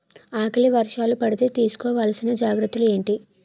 ఆకలి వర్షాలు పడితే తీస్కో వలసిన జాగ్రత్తలు ఏంటి?